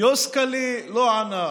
יוסקל'ה,